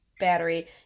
Battery